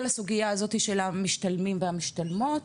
הסוגייה הזאתי של המשתלמים והמשתלמות,